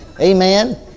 Amen